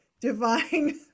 divine